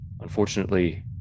Unfortunately